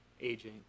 aging